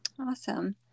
Awesome